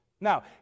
Now